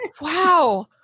Wow